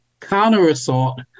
counter-assault